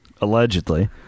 Allegedly